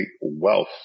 wealth